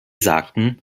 sagten